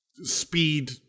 Speed